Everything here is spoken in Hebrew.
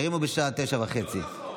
הרימו בשעה 21:30. לא נכון,